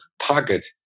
target